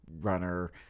runner